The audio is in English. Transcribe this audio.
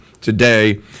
today